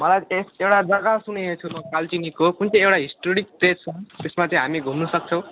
मलाई यस एउटा जग्गा सुनेको छु म कालचिनीको कुन चाहिँ एउटा हिस्टोरिक प्लेस छ त्यसमा चाहिँ हामी घुम्नुसक्छौँ